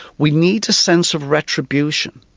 we need a sense of retribution,